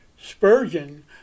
Spurgeon